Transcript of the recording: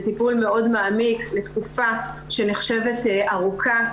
זה טיפול מאוד מעמיק לתקופה שנחשבת ארוכה,